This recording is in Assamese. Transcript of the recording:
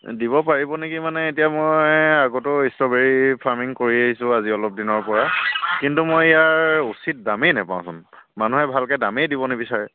দিব পাৰিব নেকি মানে এতিয়া মই আগতেও ষ্ট্ৰবেৰী ফাৰ্মিং কৰি আহিছোঁ আজি অলপ দিনৰ পৰা কিন্তু মই ইয়াৰ উচিত দামেই নাপাওঁচোন মানুহে ভালকৈ দামেই দিব নিবিচাৰে